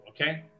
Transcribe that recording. okay